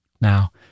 Now